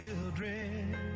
children